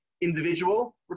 individual